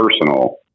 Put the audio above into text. personal